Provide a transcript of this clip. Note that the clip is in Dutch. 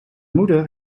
moeder